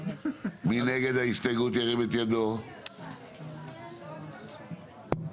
הצבעה בעד, 5 נגד, 8 נמנעים,